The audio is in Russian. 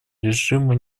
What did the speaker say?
режима